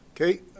okay